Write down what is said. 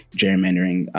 gerrymandering